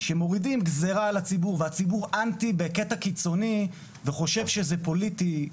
כשמורידים גזרה על הציבור והציבור אנטי בקטע קיצוני וחושב שזה פוליטי,